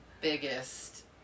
biggest